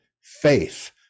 faith